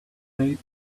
bade